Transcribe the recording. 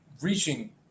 reaching